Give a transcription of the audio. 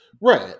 Right